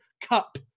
cup